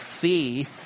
faith